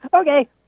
Okay